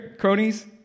cronies